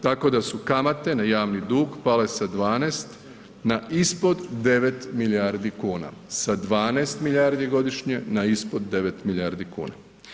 Tako da su kamate na javni dug pale sa 12 na ispod 9 milijardi kuna, sa 12 milijardi godišnje na ispod 9 milijardi kuna.